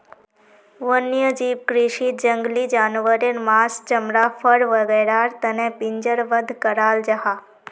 वन्यजीव कृषीत जंगली जानवारेर माँस, चमड़ा, फर वागैरहर तने पिंजरबद्ध कराल जाहा